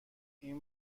این